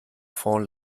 fond